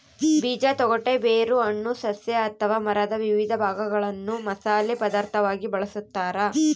ಬೀಜ ತೊಗಟೆ ಬೇರು ಹಣ್ಣು ಸಸ್ಯ ಅಥವಾ ಮರದ ವಿವಿಧ ಭಾಗಗಳನ್ನು ಮಸಾಲೆ ಪದಾರ್ಥವಾಗಿ ಬಳಸತಾರ